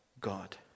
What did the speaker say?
God